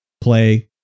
play